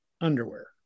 underwear